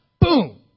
Boom